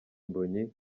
mbonyi